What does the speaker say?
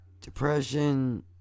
depression